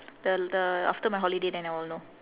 the the after my holiday then I will know